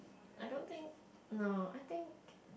I don't think no I think